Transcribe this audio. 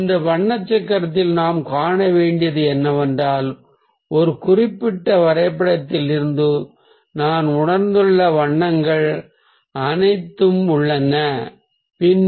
இந்த வண்ண சக்கரத்தில் நாம் காண வேண்டியது என்னவென்றால் ஒரு குறிப்பிட்ட வரைபடத்தில் இருந்து நான் உணர்ந்துள்ள வண்ணங்கள் அனைத்தும் உள்ளன